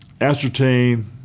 ascertain